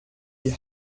die